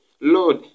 Lord